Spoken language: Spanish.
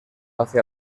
hacia